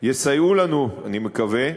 יסייעו לנו, אני מקווה,